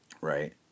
right